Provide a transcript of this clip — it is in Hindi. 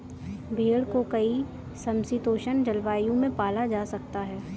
भेड़ को कई समशीतोष्ण जलवायु में पाला जा सकता है